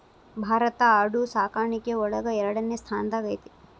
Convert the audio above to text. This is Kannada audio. ಭಾರತಾ ಆಡು ಸಾಕಾಣಿಕೆ ಒಳಗ ಎರಡನೆ ಸ್ತಾನದಾಗ ಐತಿ